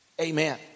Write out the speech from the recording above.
amen